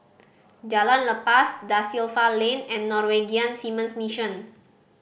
Jalan Lepas Da Silva Lane and Norwegian Seamen's Mission